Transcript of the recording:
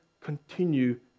Continue